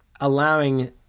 allowing